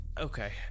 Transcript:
Okay